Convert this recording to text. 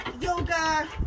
yoga